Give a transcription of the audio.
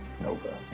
Nova